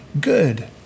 good